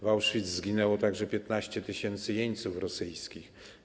W Auschwitz zginęło także 15 tys. jeńców rosyjskich.